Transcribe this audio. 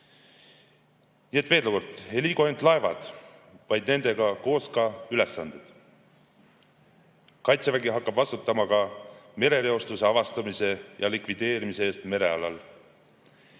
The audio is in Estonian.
et veel kord: ei liigu ainult laevad, vaid nendega koos ka ülesanded. Kaitsevägi hakkab vastutama ka merereostuse avastamise ja likvideerimise eest merealal,